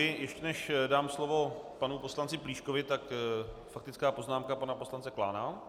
Ještě než dám slovo panu poslanci Plíškovi, tak faktická poznámka pana poslance Klána.